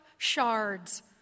Shards